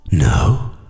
No